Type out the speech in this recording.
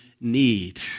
need